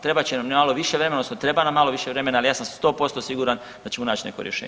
Trebat će nam malo više vremena odnosno treba nam malo više vremena, ali ja sam 100% siguran da ćemo naći neko rješenje.